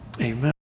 Amen